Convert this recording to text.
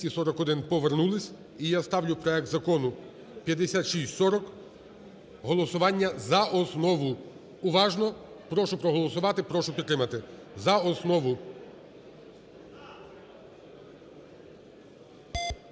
Повернулися. І я ставлю проект Закону 5640 голосування за основу. Уважно прошу проголосувати, прошу підтримати за основу.